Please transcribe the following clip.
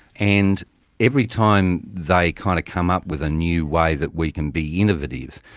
and every time they kind of come up with a new way that we can be innovative,